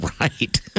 right